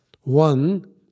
One